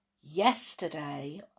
yesterday